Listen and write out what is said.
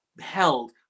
held